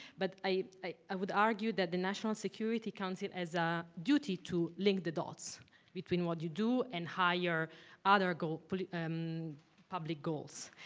but i i ah would argue that the national security council has a duty to link the dots between what you do, and higher other um public goals.